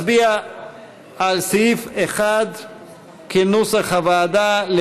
אנחנו נצביע על סעיף 1 כנוסח הוועדה,